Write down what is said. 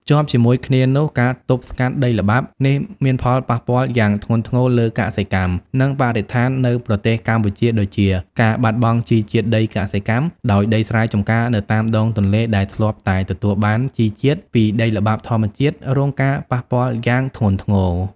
ភ្ជាប់ជាមួយគ្នានោះ ការទប់ស្កាត់ដីល្បាប់នេះមានផលប៉ះពាល់យ៉ាងធ្ងន់ធ្ងរលើកសិកម្ម និងបរិស្ថាននៅប្រទេសកម្ពុជាដូចជា ការបាត់បង់ជីជាតិដីកសិកម្ម ដោយដីស្រែចម្ការនៅតាមដងទន្លេដែលធ្លាប់តែទទួលបានជីជាតិពីដីល្បាប់ធម្មជាតិ រងការប៉ះពាល់យ៉ាងធ្ងន់ធ្ងរ។